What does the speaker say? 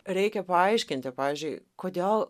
reikia paaiškinti pavyzdžiui kodėl